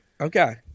Okay